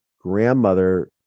grandmother